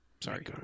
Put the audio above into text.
sorry